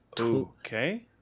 Okay